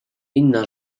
inna